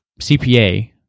CPA